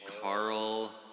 Carl